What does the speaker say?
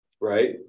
Right